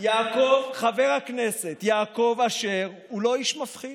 חבר הכנסת יעקב אשר הוא לא איש מפחיד,